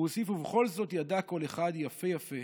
הוא הוסיף: "ובכל זאת ידע כל אחד יפה-יפה